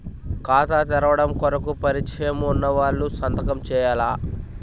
ఖాతా తెరవడం కొరకు పరిచయము వున్నవాళ్లు సంతకము చేయాలా?